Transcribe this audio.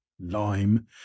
lime